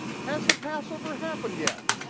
has the passover happened yet?